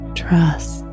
trust